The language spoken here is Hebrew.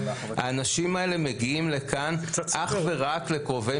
האנשים האלה מגיעים לכאן אך ורק לקרובי